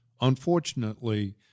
unfortunately